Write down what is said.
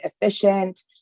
efficient